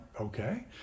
okay